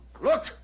look